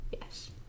yes